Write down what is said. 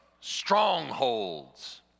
strongholds